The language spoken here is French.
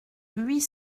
huit